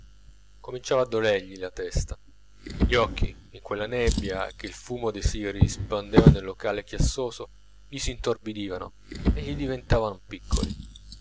cominciava a dolergli la testa gli occhi in quella nebbia che il fumo dei sigari spandeva nel locale chiassoso gli s'intorbidivano e gli diventavan piccoli